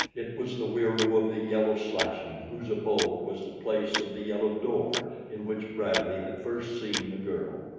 it was the wieroo of the yellow slashing whose abode was the place of the yellow door in which bradley had first seen the girl.